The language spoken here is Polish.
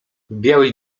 biały